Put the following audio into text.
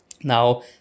now